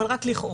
אבל רק לכאורה,